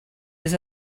was